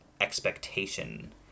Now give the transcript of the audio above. expectation